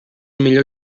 millor